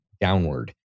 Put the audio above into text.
downward